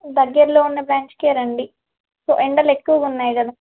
దగ్గరలో ఉన్న బ్రాంచ్కు రండి సో ఎండలు ఎక్కువగా ఉన్నాయి కదా